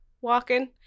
walking